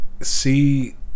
see